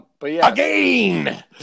Again